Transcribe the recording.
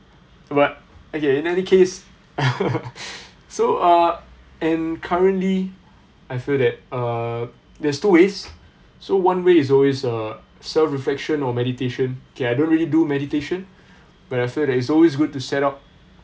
but okay in any case so uh and currently I feel that uh there's two ways so one way is always uh self reflection or meditation okay I don't really do meditation but I feel that it is always good to set up